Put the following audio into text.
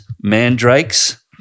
mandrakes